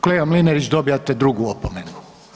Kolega Mlinarić dobivate drugu opomenu.